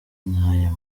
n’aya